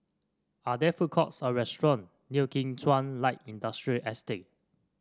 are there food courts or restaurant near Kim Chuan Light Industrial Estate